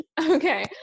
Okay